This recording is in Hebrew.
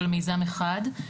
אבל מיזם אחד.